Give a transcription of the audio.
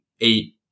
eight